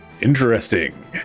Interesting